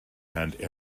and